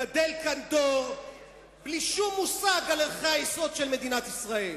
גדל כאן דור בלי שום מושג על ערכי היסוד של מדינת ישראל,